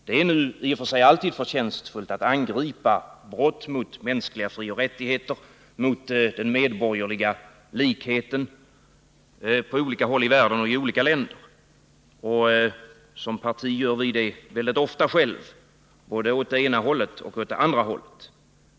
Nu är det i och för sig alltid förtjänstfullt att ingripa när brott begås mot mänskliga frioch rättigheter eller mot den medborgerliga likställdheten på olika håll i världen och i olika länder. På partiplanet gör vi det själva mycket ofta, både åt det ena och det andra hållet.